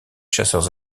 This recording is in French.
chasseurs